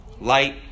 light